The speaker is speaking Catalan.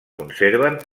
conserven